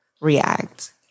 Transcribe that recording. react